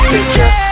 Picture